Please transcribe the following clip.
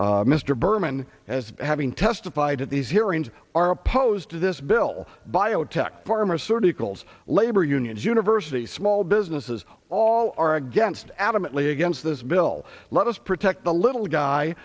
by mr berman as having testified at these hearings are opposed to this bill biotech pharmaceuticals labor unions universities small businesses all are against adamantly against this bill let us protect the little guy